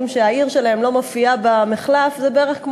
שהעיר שלהם לא מופיעה בשלטי המחלף היא בערך,